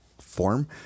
form